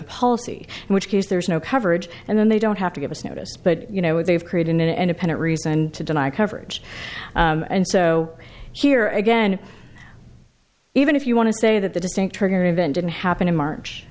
policy in which case there's no coverage and then they don't have to give us notice but you know they've created an independent reason to deny coverage and so here again even if you want to say that the distinct trigger event didn't happen in march